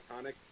iconic